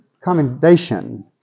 commendation